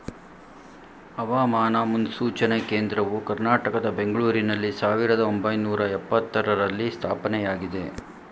ಹವಾಮಾನ ಮುನ್ಸೂಚನೆ ಕೇಂದ್ರವು ಕರ್ನಾಟಕದ ಬೆಂಗಳೂರಿನಲ್ಲಿ ಸಾವಿರದ ಒಂಬೈನೂರ ಎಪತ್ತರರಲ್ಲಿ ಸ್ಥಾಪನೆಯಾಗಿದೆ